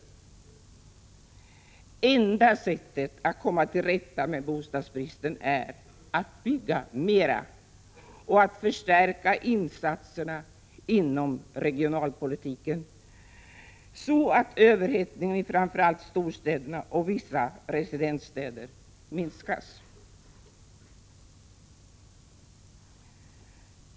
Det enda sättet att komma till rätta med bostadsbristen är att bygga mer och att förstärka insatserna inom regionalpolitiken, så att överhettningen i framför allt storstäderna och i vissa residensstäder minskas.